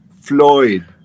Floyd